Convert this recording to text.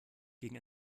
gegen